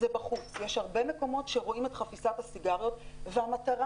יש הרבה מקומות שרואים בהם את חפיסת הסיגריות והמטרה